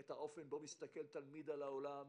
את האופן שבו מסתכל תלמיד על העולם,